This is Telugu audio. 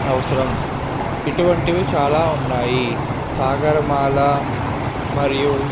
అవసరం ఇటువంటివి చాలా ఉన్నాయి సాగరమాల మరియు